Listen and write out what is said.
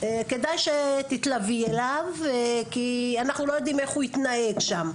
כדאי שתתלווי אליו כי אנחנו לא יודעים איך הוא יתנהג שם,